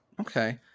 Okay